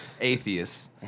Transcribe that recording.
atheists